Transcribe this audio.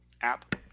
app